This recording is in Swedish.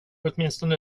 åtminstone